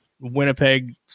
Winnipeg